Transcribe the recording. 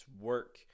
work